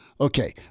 okay